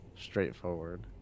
Straightforward